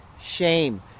shame